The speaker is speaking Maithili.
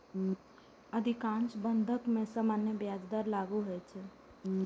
अधिकांश बंधक मे सामान्य ब्याज दर लागू होइ छै